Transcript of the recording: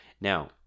Now